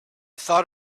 thought